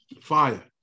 Fire